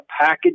package